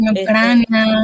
Ucrania